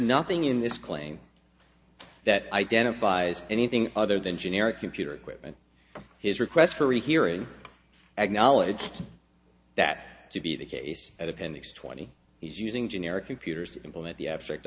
nothing in this claim that identifies anything other than generic computer equipment his request for rehearing acknowledged that to be the case at appendix twenty he's using generic computers to implement the abstract